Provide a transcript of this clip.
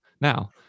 Now